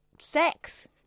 sex